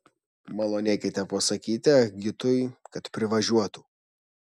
malonėkite pasakyti ah gitui kad privažiuotų